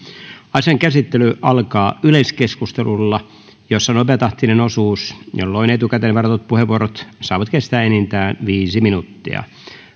asian käsittely alkaa yleiskeskustelulla jossa on nopeatahtinen osuus jolloin etukäteen varatut puheenvuorot saavat kestää enintään viisi minuuttia